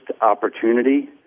opportunity